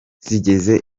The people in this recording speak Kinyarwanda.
zigeze